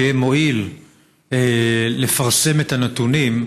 שיהיה מועיל לפרסם את הנתונים,